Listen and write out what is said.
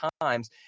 times